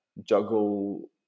juggle